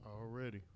Already